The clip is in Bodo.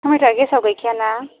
टमेट'आ गेसाव गैखाया ना